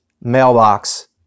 mailbox